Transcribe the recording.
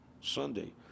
Sunday